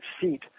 seat